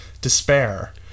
Despair